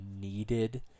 needed